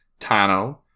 Tano